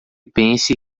pense